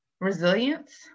resilience